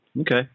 Okay